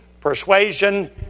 persuasion